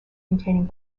containing